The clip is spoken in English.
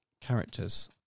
characters